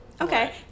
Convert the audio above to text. Okay